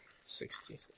sixty